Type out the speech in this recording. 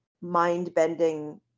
mind-bending